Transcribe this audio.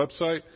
website